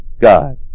God